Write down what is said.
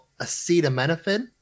acetaminophen